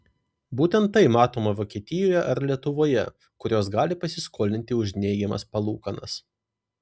būtent tai matoma vokietijoje ar lietuvoje kurios gali pasiskolinti už neigiamas palūkanas